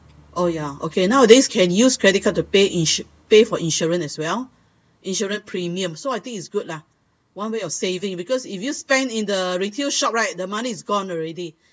oh ya okay nowadays can use credit card to pay insu~ pay for insurance as well insurance premium so I think it's good lah one way of saving because if you spend in the retail shop right the money is gone already but if you use this credit card to pay for your premium the money one day will come back lah ya